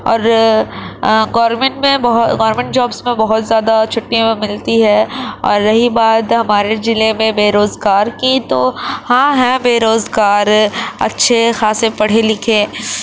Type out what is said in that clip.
اور گورمینٹ میں بہت گورمینٹ جابز میں بہت زیادہ چھٹیاں ملتی ہے اور رہی بات ہمارے ضلعے میں بے روزگار کی تو ہاں ہیں بے روزگار اچھے خاصے پڑھے لکھے